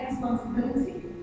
responsibility